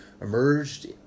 emerged